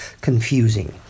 confusing